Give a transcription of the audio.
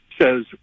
says